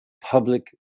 public